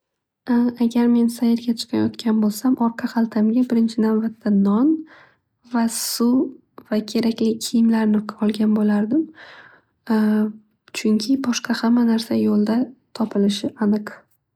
Agar men sayrga chiqayotgan bo'lsam orqa haltamga birinchi nabatda non va suv kerakli kiyimlarni olgan bo'lardim. Chunki boshqa hamma narsa yo'lda topilishi aniq.